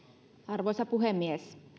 arvoisa puhemies